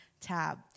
tab